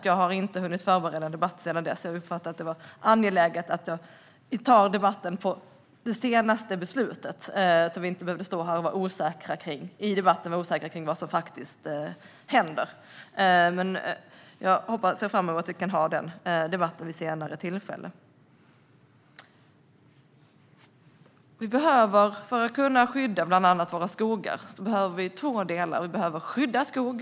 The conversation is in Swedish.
Jag har inte hunnit förbereda debatten sedan dess. Jag uppfattade det som angeläget att vi debatterar utifrån det senaste beslutet, så att vi inte i debatten behöver vara osäkra på vad som händer. Jag ser fram emot att ha den debatten vid ett senare tillfälle. För att kunna skydda våra skogar, bland annat, behöver vi två delar. Den första delen gäller att vi behöver skydda skog.